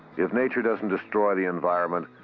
if nature doesn't destroy the environment,